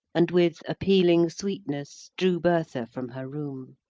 and with appealing sweetness drew bertha from her room.